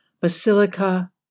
basilica